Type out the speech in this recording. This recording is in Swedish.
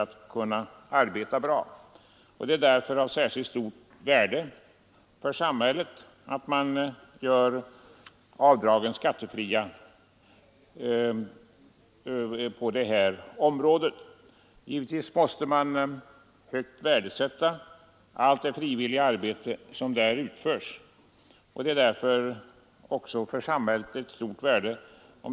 Naturligtvis måste man högt värdera allt det frivilliga arbete som där utförs. Det är därför också av stort värde för samhället om dessa organisationer får bättre arbetsmöjligheter. Följaktligen är det av stort värde för samhället att man gör gåvor till dessa organisationer skattefria.